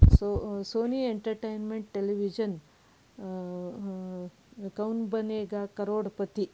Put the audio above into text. so Sony entertainment television Kaun Banega crorepati